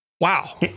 Wow